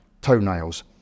toenails